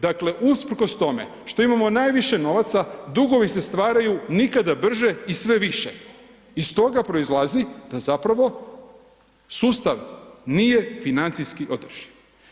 Dakle usprkos tome što imamo najviše novaca dugovi se stvaraju nikada brže i sve više i stoga proizlazi da zapravo sustav nije financijski održiv.